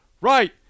right